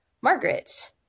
Margaret